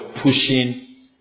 pushing